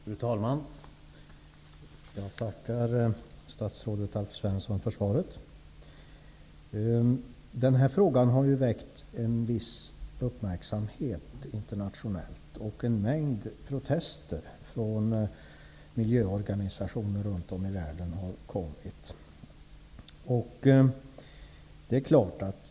Fru talman! Jag tackar statsrådet Alf Svensson för svaret. Den här frågan har ju väckt en viss uppmärksamhet internationellt. En mängd protester från miljöorganisationer runt om i världen har rests.